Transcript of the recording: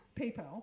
PayPal